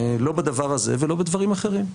לא בדבר הזה ולא בדברים אחרים.